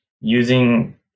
using